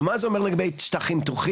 אבל מה זה אומר לגבי שטחים פתוחים,